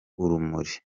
urumuri